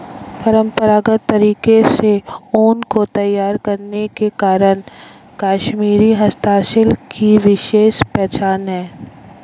परम्परागत तरीके से ऊन को तैयार करने के कारण कश्मीरी हस्तशिल्प की विशेष पहचान है